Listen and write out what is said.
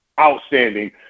outstanding